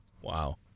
Wow